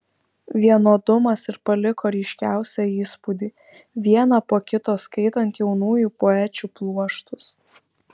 vienodumas ir paliko ryškiausią įspūdį vieną po kito skaitant jaunųjų poečių pluoštus